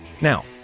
Now